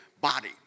body